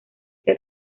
que